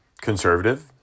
conservative